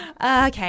Okay